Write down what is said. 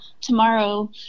tomorrow